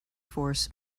force